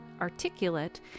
articulate